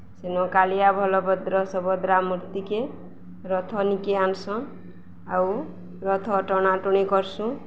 ସେନ କାଲିଆ ବଳଭଦ୍ର ସୁଭଦ୍ରା ମୂର୍ତ୍ତିକେ ରଥନିକେ ଆନ୍ସନ୍ ଆଉ ରଥ ଟଣା ଟଣି କର୍ସୁଁ